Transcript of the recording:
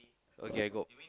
okay I got